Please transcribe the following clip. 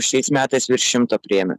šiais metais virš šimto priėmė